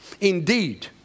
Indeed